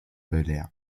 belehren